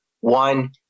One